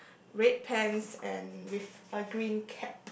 red pants and with a green cap